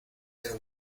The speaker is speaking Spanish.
pero